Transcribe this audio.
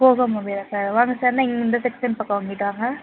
போகோ மொபைலா சார் வாங்க சார் இல்லை இந்த செக்ஸன் பக்கம் இங்கிட்டு வாங்க